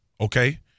okay